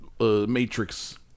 Matrix